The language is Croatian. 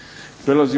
Hvala vam